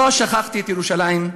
לא שכחתי את ירושלים,